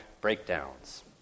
breakdowns